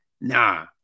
nah